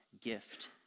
gift